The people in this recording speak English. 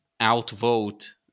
outvote